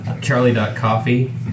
Charlie.coffee